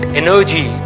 energy